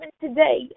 today